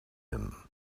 him